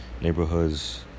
neighborhoods